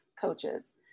coaches